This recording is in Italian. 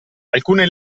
alcune